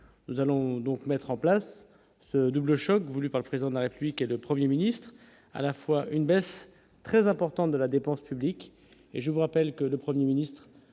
nous allons donc mettre en place ce double choc voulue par le président de la République et le 1er ministre à la fois une baisse très importante de la dépense publique et je vous rappelle que le 1er ministre